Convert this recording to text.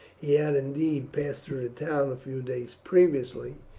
he had indeed passed through the town a few days previously,